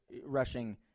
rushing